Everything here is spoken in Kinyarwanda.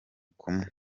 kumwe